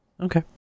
Okay